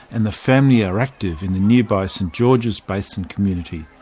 and the family are active in the nearby st georges basin community.